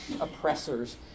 oppressors